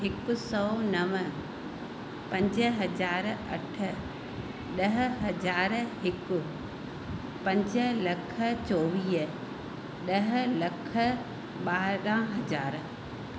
हिकु सौ नव पंज हज़ार अठ ॾह हज़ार हिकु पंज लख चोवीह ॾह लख ॿारहं हज़ार